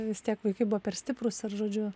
vis tiek vaikai buvo per stiprūs ir žodžiu